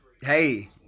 hey